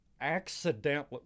accidentally